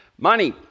Money